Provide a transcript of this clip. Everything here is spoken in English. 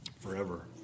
forever